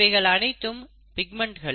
இவைகள் அனைத்தும் பிக்மெண்ட்கள்